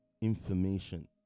information